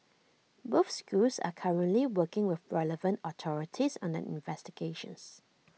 both schools are currently working with relevant authorities on their investigations